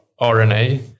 RNA